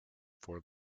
for